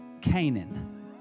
Canaan